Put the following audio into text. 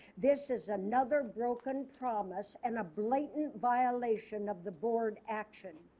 this is another broken promise and a blatant violation of the board action.